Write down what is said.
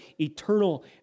eternal